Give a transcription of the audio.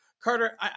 Carter